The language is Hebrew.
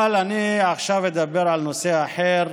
אבל אני עכשיו אדבר על נושא אחר,